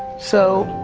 so,